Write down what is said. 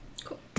Cool